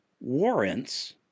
warrants